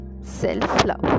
self-love